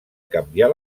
canviar